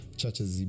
churches